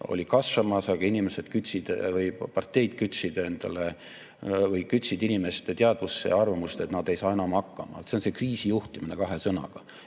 oli kasvamas, aga inimesed kütsid või parteid kütsid inimeste teadvusse arvamust, et nad ei saa enam hakkama. See on kriisi juhtimine kahe sõnaga.